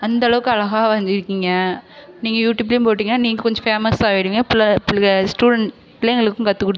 அந்தளவுவுக்கு அழகாக வரைஞ்சிருக்கீங்க நீங்கள் யூடியூப்லையும் போட்டீங்க நீங்கள் கொஞ்சம் ஃபேமஸ் ஆயிடுவீங்க பிள்ள பிள்ள ஸ்டூடெண்ட் பிள்ளைங்களுக்கும் கற்றுக்குடுத்